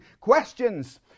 questions